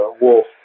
wolf